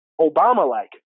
Obama-like